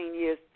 years